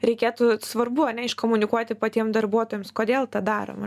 reikėtų svarbu a ne iškomunikuoti patiem darbuotojams kodėl tą darom